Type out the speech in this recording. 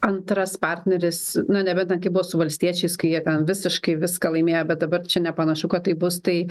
antras partneris nu nebent ten kaip buvo su valstiečiais kai jie ten visiškai viską laimėjo bet dabar čia nepanašu kad taip bus tai